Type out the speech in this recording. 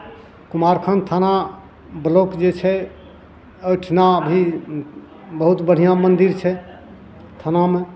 कुमारखण्ड थाना ब्लॉक जे छै ओहिठिना भी बहुत बढ़िआँ मन्दिर छै थानामे